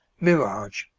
mirage